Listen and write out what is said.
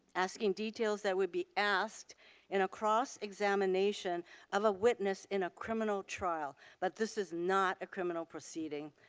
asking details that would be asked in cross-examination of a witness in a criminal trial. but this is not a criminal proceeding.